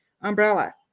umbrella